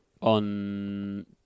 On